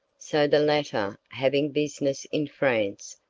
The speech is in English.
so the latter, having business in france,